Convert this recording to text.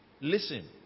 Listen